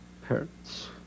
parents